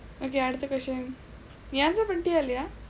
okay அடுத்த:aduththa question நீ:nii answer பண்ணிட்டியா இல்லையா:pannitdiyaa illaiyaa